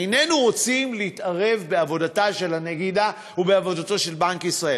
איננו רוצים להתערב בעבודתה של הנגידה ובעבודתו של בנק ישראל,